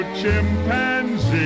chimpanzee